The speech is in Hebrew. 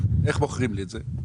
איך מוכרים לי את זה?